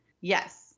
Yes